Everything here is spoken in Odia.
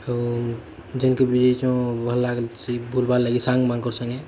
ଆଉ ଯେନ୍ କେ ବି ବୁଲିଛୁ ଭଲ୍ ଲାଗିଛି ବୁଲବାର୍ ଲାଗି ସାଙ୍ଗମାନଙ୍କ ସାଙ୍ଗେ